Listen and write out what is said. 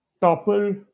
topple